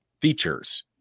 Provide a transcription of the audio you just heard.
features